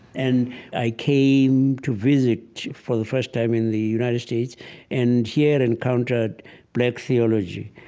and i came to visit for the first time in the united states and here encountered black theology.